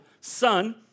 Son